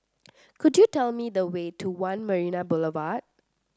could you tell me the way to One Marina Boulevard